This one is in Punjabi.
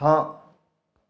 ਹਾਂ